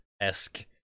esque